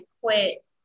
quit